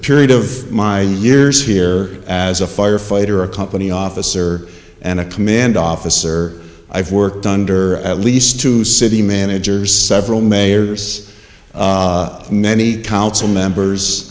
period of my years here as a firefighter a company officer and a command officer i've worked under at least two city managers several mayors many council members